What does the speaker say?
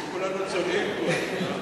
כולנו עצובים פה.